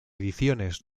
ediciones